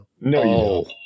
No